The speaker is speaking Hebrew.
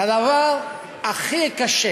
זה הדבר הכי קשה